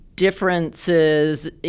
differences